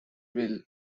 will